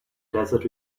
desert